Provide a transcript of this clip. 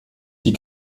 die